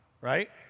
right